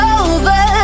over